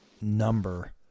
number